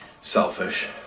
selfish